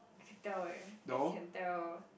I can tell eh I can tell